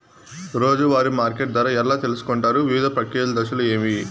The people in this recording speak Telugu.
రోజూ వారి మార్కెట్ ధర ఎలా తెలుసుకొంటారు వివిధ ప్రక్రియలు దశలు ఏవి?